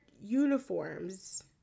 uniforms